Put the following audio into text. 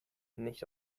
nicht